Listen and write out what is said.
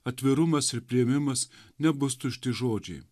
atvirumas ir priėmimas nebus tušti žodžiai